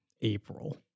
April